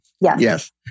Yes